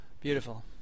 beautiful